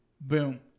boom